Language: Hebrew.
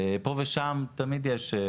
פה ושם תמיד יש,